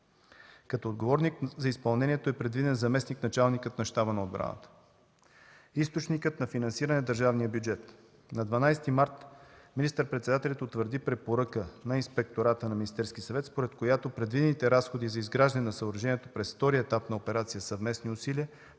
Като отговорник за изпълнението е предвиден заместник-началникът на Щаба на отбраната, източникът на финансиране е държавният бюджет. На 12 март министър-председателят утвърди препоръка на Инспектората на Министерския съвет, според която предвидените разходи за изграждане на съоръжението през втория етап на операция „Съвместни усилия”,